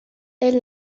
elle